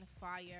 fire